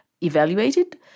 evaluated